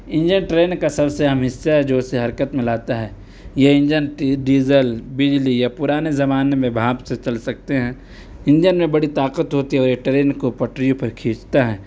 engine train کا سب سے اہم حِصّہ ہے جو اسے حرکت میں لاتا ہے یہ انجن ڈیزل بجلی یا پرانے زمانے میں بھانپ سے چل سکتے ہیں انجن میں بڑی طاقت ہوتی ہے اور ایک ٹرین کو پٹری پہ کھینچتا ہے